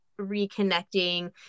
reconnecting